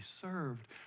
served